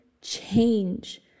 change